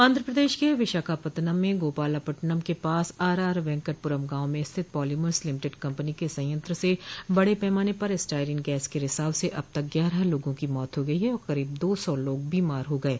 आंध्र प्रदेश के विशाखापत्तनम में गोपाला पट्टनम के पास आर आर वेंकटप्रम गांव में स्थित पॉलीमर्स लिमिटेड कंपनी के संयंत्र से बड़े पैमान पर स्टायरीन गैस के रिसाव से अब तक ग्यारह लोगों की मौत हो गई और करीब दो सौ लोग बीमार हो गये